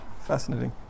Fascinating